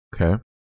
okay